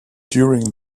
during